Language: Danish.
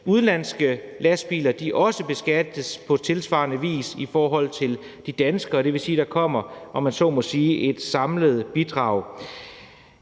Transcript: udenlandske lastbiler også beskattes på tilsvarende vis i forhold til de danske, og det vil sige, at der, om man